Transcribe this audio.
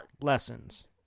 lessons